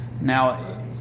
Now